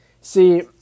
See